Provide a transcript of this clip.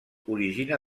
origina